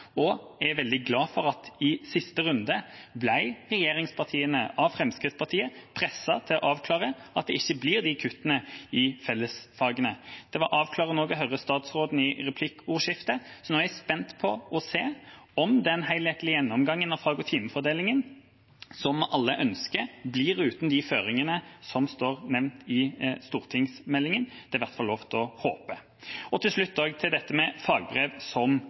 Jeg er veldig glad for at i siste runde ble regjeringspartiene av Fremskrittspartiet presset til å avklare at det ikke blir de kuttene i fellesfagene. Det var avklarende også å høre statsråden i replikkordskiftet, så nå er jeg spent på å se om den helhetlige gjennomgangen av fag- og timefordelingen som alle ønsker, blir uten de føringene som står nevnt i stortingsmeldingen. Det er i hvert fall lov å håpe. Til slutt til dette med fagbrev som